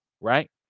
right